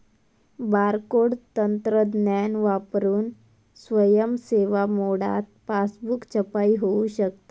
barcode तंत्रज्ञान वापरून स्वयं सेवा मोडात पासबुक छपाई होऊ शकता